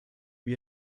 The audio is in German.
wie